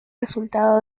resultado